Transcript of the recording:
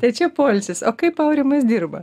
tai čia poilsis o kaip aurimas dirba